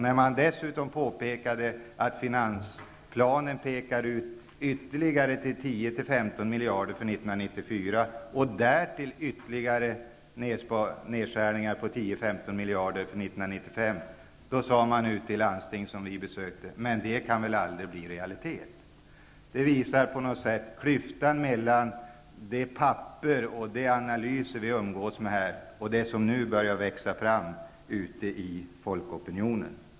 När vi dessutom framhöll att finansplanen pekar ut ytterligare 10--15 miljarder för 1994 och därtill ytterligare nedskärningar på 10--15 miljarder för 1995, sade man i landsting som vi besökte: Men det kan väl aldrig bli realitet! Det visar klyftan mellan de papper och de analyser som vi umgås med här och det som nu börjar växa fram ute i folkopinionen.